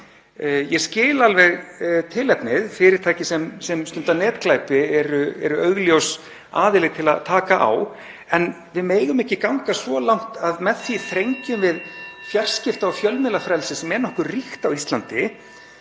Ég skil alveg tilefnið, fyrirtæki sem stunda netglæpi eru augljós aðili til að taka á, en við megum ekki ganga svo langt að við þrengjum (Forseti hringir.) fjarskipta- og fjölmiðlafrelsi með því, sem er nokkuð ríkt á Íslandi,